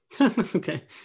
Okay